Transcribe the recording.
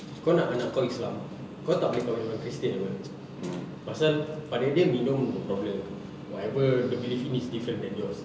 kau nak anak kau islam kau tak boleh kahwin dengan orang christian [pe] mm pasal pada dia minum no problem whatever dia believe in is different than yours